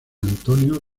antonio